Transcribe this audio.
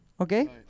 Okay